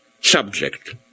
subject